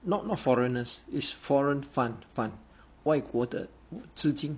not more foreigners is foreign fund fund 外国的资金